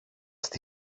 στη